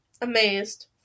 amazed